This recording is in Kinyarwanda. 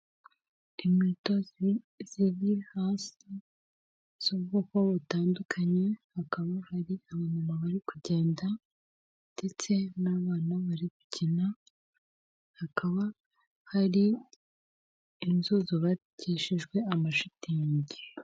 Abagabo babiri barimo baragenda n'umugore umwe uri imbere yabo, umugabo umwe yambaye ishati ya karokaro irimo amabara atandukanye ubururu, umukara, hasi ikabutura y'umukara mugenzi we akaba yambaye ipantaro y'ubururu na bage n'umupira w'umukara.